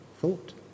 thought